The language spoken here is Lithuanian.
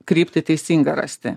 kryptį teisingą rasti